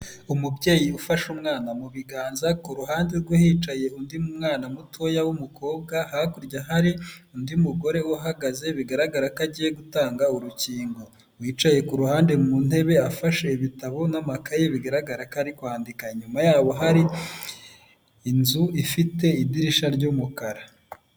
Umubyeyi ufashe umwana mu biganza ku ruhande rwe hicaye undi mwana mutoya w'umukobwa hakurya hari undi mugore uhagaze bigaragara ko agiye gutanga urukingo, wicaye ku ruhande mu ntebe afashe ibitabo n'amakaye bigaragara ko ari kwandika nyuma ya hari inzu ifite idirishya ry'umukara.